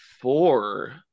four